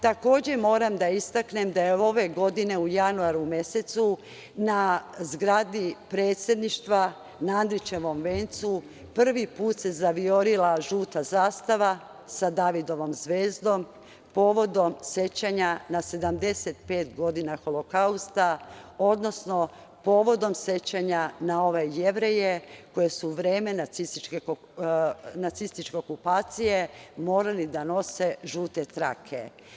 Takođe, moram da istaknem da je ove godine u januaru mesecu na zgradi predsedništva, na Andrićevom vencu, prvi put se zaviorila žuta zastava sa Davidovom zvezdom povodom sećanja na 75 godina Holokausta, odnosno povodom sećanja na Jevreje koje su u vreme nacističke okupacije morali da nose žute trake.